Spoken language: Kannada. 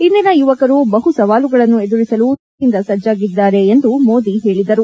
ಇಂದಿನ ಯುವಕರು ಬಹು ಸವಾಲುಗಳನ್ನು ಎದುರಿಸಲು ಸಂಪೂರ್ಣ ಶಕ್ತಿಯಿಂದ ಸಜ್ಜಾಗಿದ್ದಾರೆ ಎಂದು ಮೋದಿ ಹೇಳಿದರು